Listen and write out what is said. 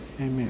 Amen